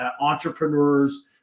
entrepreneurs